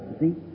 See